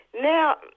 Now